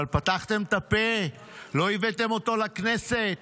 אבל פתחתם את הפה: לא הבאתם אותו לכנסת.